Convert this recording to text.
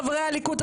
חברי הליכוד,